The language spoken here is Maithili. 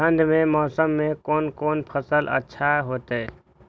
ठंड के मौसम में कोन कोन फसल अच्छा होते?